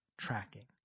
tracking